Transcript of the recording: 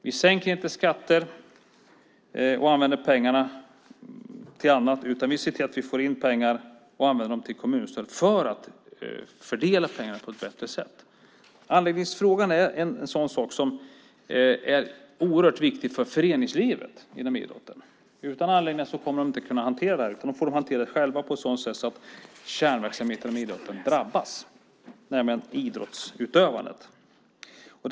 Vi sänker inte skatter och använder pengarna till annat, utan vi ser till att vi får in pengar som vi använder till kommunstöd för att få en bättre fördelning av pengarna. Anläggningsfrågan är oerhört viktig för föreningslivet inom idrotten. Utan anläggningar kommer man inte att kunna hantera detta, utan då får man hantera det själv och då på ett sådant sätt att kärnverksamheten inom idrotten - idrottsutövandet - drabbas.